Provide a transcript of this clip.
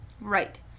Right